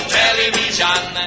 television